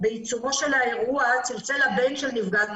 בעיצומו של האירוע צלצל הבן של נפגעת